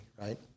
right